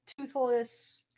toothless